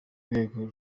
rwego